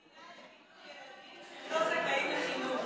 באיזו מדינה יגידו לילדים שהם לא זכאים לחינוך?